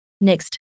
Next